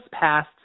passed